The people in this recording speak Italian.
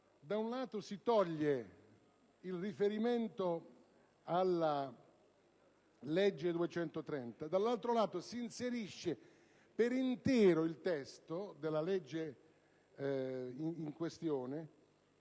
Da un lato si elimina il riferimento alla legge n. 230 del 2005 e dall'altro si inserisce per intero il testo della legge in questione